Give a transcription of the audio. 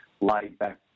laid-back